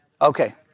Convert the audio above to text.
Okay